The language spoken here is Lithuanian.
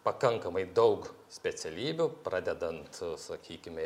pakankamai daug specialybių pradedant sakykime